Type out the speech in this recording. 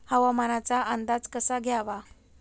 हवामानाचा अंदाज कसा घ्यावा?